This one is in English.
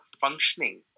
functioning